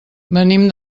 venim